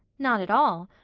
not at all.